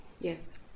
Yes